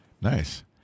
Nice